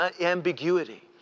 ambiguity